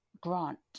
grant